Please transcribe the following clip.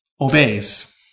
obeys